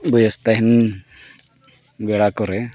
ᱵᱚᱭᱮᱥ ᱛᱟᱦᱮᱱ ᱵᱮᱲᱟ ᱠᱚᱨᱮ